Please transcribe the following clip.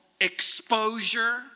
exposure